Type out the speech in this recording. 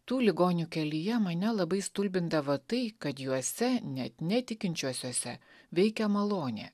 tų ligonių kelyje mane labai stulbindavo tai kad juose net netikinčiuosiuose veikia malonė